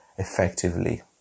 Effectively